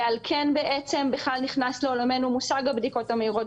ועל כן בעצם בכלל נכנס לעולמנו מושג הבדיקות המהירות,